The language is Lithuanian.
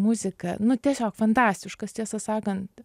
muzika nu tiesiog fantastiškas tiesą sakant